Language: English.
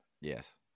Yes